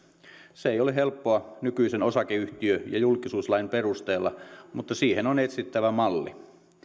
se ei ole helppoa nykyisen osakeyhtiö ja julkisuuslain perusteella mutta siihen on etsittävä malli